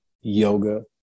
yoga